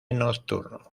nocturno